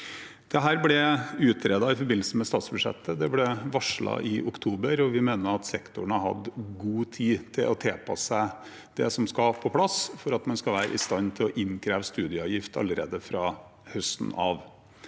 Dette ble utredet i forbindelse med statsbudsjettet. Det ble varslet i oktober, og vi mener at sektoren har hatt god tid til å tilpasse seg det som skal på plass for at man skal være i stand til å innkreve studieavgift allerede fra høsten av.